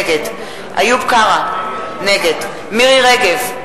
נגד איוב קרא, נגד מירי רגב,